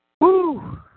woo